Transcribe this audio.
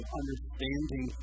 understanding